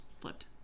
flipped